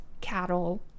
cattle